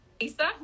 Lisa